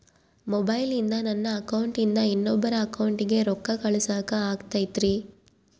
ಮೊಬೈಲಿಂದ ನನ್ನ ಅಕೌಂಟಿಂದ ಇನ್ನೊಬ್ಬರ ಅಕೌಂಟಿಗೆ ರೊಕ್ಕ ಕಳಸಾಕ ಆಗ್ತೈತ್ರಿ?